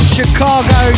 Chicago